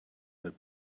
that